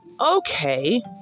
okay